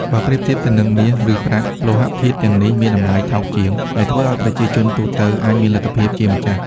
បើប្រៀបធៀបទៅនឹងមាស ឬប្រាក់ លោហៈធាតុទាំងនេះមានតម្លៃថោកជាង ដែលធ្វើឲ្យប្រជាជនទូទៅអាចមានលទ្ធភាពជាម្ចាស់។